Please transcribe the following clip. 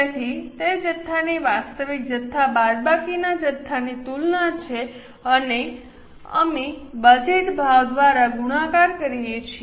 તેથી તે જથ્થાની વાસ્તવિક જથ્થા બાદબાકીના જથ્થાની તુલના છે અને અમે બજેટ ભાવ દ્વારા ગુણાકાર કરીએ છીએ